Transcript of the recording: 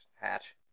hatch